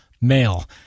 male